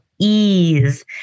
ease